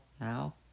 now